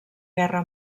guerra